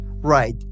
Right